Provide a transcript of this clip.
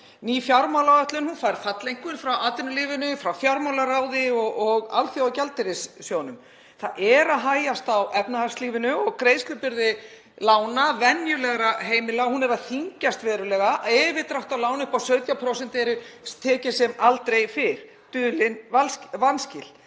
Ný fjármálaáætlun fær falleinkunn frá atvinnulífinu, frá fjármálaráði og Alþjóðagjaldeyrissjóðnum. Það er að hægjast á efnahagslífinu og greiðslubyrði lána venjulegra heimila er að þyngjast verulega. Yfirdráttarlán upp á 17% eru tekin sem aldrei fyrr, dulin vanskil.